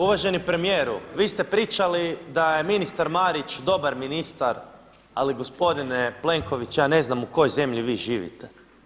Uvaženi premijeru vi ste pričali da je ministar Marić dobar ministar, ali gospodine Plenković ja ne znam u kojoj zemlji vi živite.